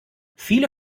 viele